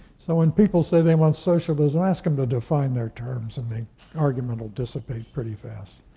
so when people say they want socialism, ask them to define their terms, and the argument will dissipate pretty fast.